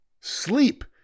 sleep